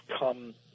come